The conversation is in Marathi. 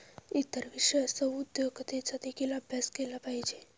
इतर विषयांसह उद्योजकतेचा देखील अभ्यास केला जातो